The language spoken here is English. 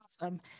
Awesome